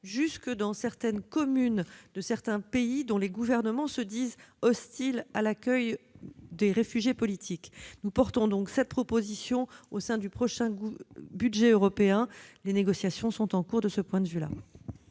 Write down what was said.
jusque dans certaines communes de certains pays dont les gouvernements se disent hostiles à l'accueil des réfugiés politiques. Nous portons donc cette proposition au sein du prochain budget européen. Les négociations sont en cours. La parole est